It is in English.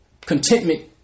Contentment